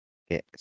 okay